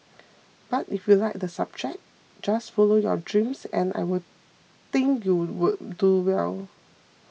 but if you like the subject just follow your dreams and I will think you'll do well